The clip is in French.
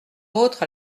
autres